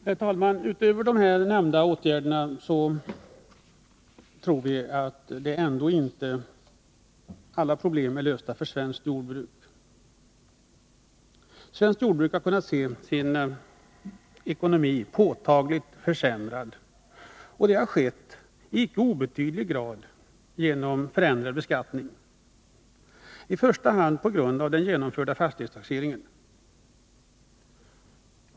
Herr talman! Även om de här nämnda åtgärderna vidtas, tror vi inte att alla problem är lösta för svenskt jordbruk. Vårt jordbruk har kunnat se sin ekonomi påtagligt försämrad, och det har skett i icke obetydlig grad genom förändrad beskattning, i första hand på grund av den genomförda fastighetstaxeringen.